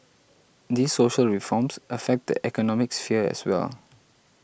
these social reforms affect the economic sphere as well